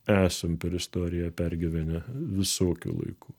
esam per istoriją pergyvenę visokių laikų